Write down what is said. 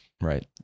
right